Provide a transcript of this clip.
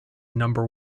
number